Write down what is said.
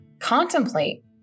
contemplate